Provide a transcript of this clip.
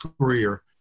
career